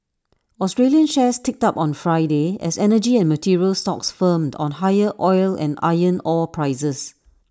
Australian shares ticked up on Friday as energy and materials stocks firmed on higher oil and iron ore prices